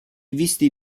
visti